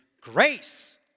grace